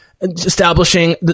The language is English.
establishing